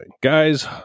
guys